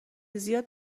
زیاد